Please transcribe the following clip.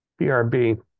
BRB